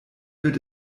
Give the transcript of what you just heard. wird